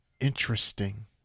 interesting